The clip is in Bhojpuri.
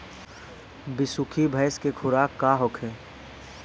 बिसुखी भैंस के खुराक का होखे?